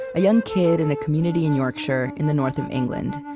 a young kid in a community in yorkshire, in the north of england.